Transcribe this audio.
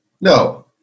No